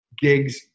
gigs